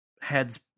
heads